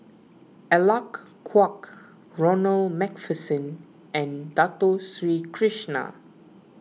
Alec Kuok Ronald MacPherson and Dato Sri Krishna